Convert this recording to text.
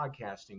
podcasting